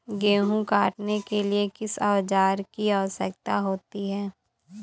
गेहूँ काटने के लिए किस औजार की आवश्यकता होती है?